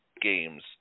games